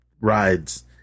rides